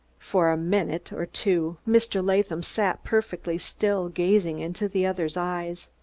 for a minute or two mr. latham sat perfectly still, gazing into the other's eyes.